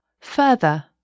Further